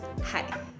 Hi